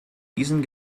diesem